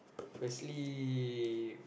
firstly